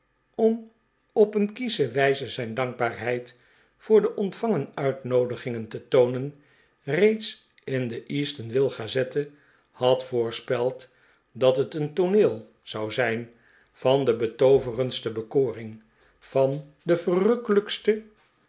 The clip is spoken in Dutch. om op een kiesche wijze zijn dankbaarheid voor de ontvangen uitnoodiging te toonen reeds in de eatan swill gazette had voorspeld dat het een todneel zou zijn van de betooverendste bekorihg van de verrukkelijkste